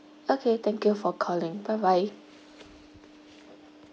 okay thank you for calling bye bye